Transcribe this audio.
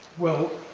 well,